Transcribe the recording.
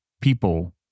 People